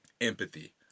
empathy